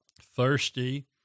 thirsty